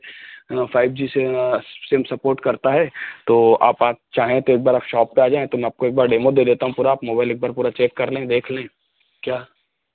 five G से same support करता है तो आप चाहें तो एक बार आप शॉप पर आ जाएँ तो मैं आपको एक बार डेमो दे देता हूँ पूरा आप मोबाइल एक बार पूरा चेक कर लें देख लें क्या